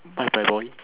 bye bye boy